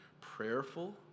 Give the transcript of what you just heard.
prayerful